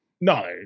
No